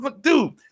Dude